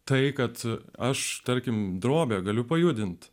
tai kad aš tarkim drobę galiu pajudinti